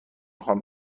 خوام